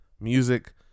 music